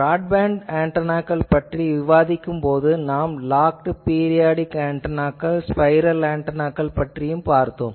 broadband ஆன்டெனாக்கள் பற்றி விவாதிக்கும் போது நாம் லாக்டு பீரியாடிக் ஆன்டெனாக்கள் ஸ்பைரல் ஆன்டெனாக்கள் பற்றிப் பார்த்தோம்